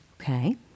Okay